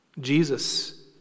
Jesus